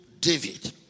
David